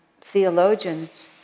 theologians